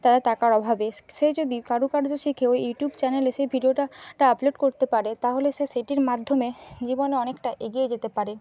তারা টাকার অভাবে সে যদি কারুকার্য শিখে ওই ইউটিউব চ্যানেলে সেই ভিডিও টা টা আপলোড করতে পারে তাহলে সে সেটির মাধ্যমে জীবনে অনেকটা এগিয়ে যেতে পারে